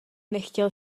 nechtěl